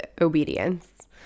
obedience